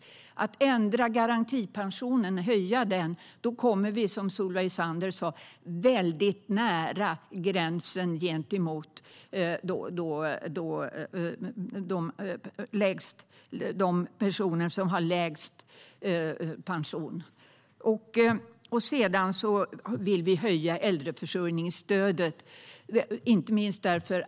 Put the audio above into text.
Genom att höja garantipensionen kommer vi, som Solveig Zander sa, att komma väldigt nära gränsen gentemot dem som har lägst pension. Vi vill också höja äldreförsörjningsstödet.